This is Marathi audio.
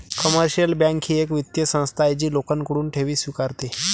कमर्शियल बँक ही एक वित्तीय संस्था आहे जी लोकांकडून ठेवी स्वीकारते